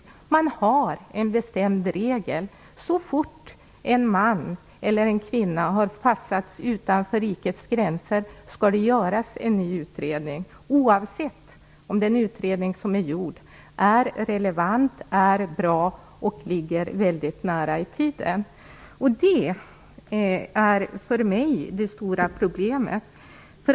Man har en bestämd regel. Så fort en man eller en kvinna har förpassats utanför rikets gränser skall det göras en ny utredning, oavsett om den utredning som har gjorts är relevant, bra och ligger mycket nära i tiden. Det är för mig det stora problemet.